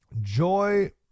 Joy